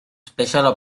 special